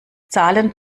zahlen